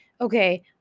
okay